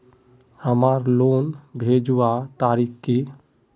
हमार लोन भेजुआ तारीख की?